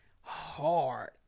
hard